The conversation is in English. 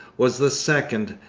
was the second,